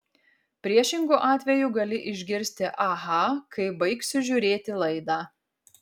priešingu atveju gali išgirsti aha kai baigsiu žiūrėti laidą